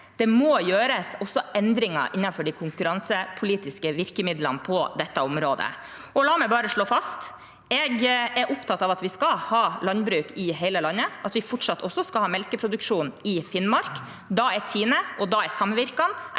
det må gjøres endringer også innenfor de konkurransepolitiske virkemidlene på dette området. La meg bare slå fast: Jeg er opptatt av at vi skal ha landbruk i hele landet, og at vi fortsatt også skal ha melkeproduksjon i Finnmark. Da er Tine og samvirkene